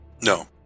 No